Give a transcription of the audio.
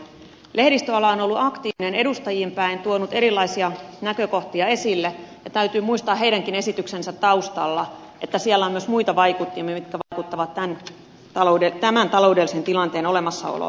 lehdistöala on ollut aktiivinen edustajiin päin tuonut erilaisia näkökohtia esille ja täytyy muistaa että heidänkin esityksensä taustalla on myös muita vaikuttimia jotka vaikuttavat tämän taloudellisen tilanteen olemassaoloon